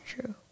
true